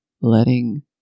letting